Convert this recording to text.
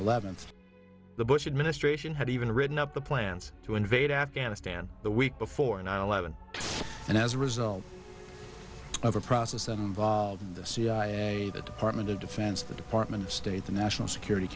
eleventh the bush administration had even written up the plans to invade afghanistan the week before nine eleven and as a result of a process and the cia the department of defense the department of state the national security